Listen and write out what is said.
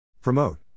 Promote